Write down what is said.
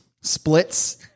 splits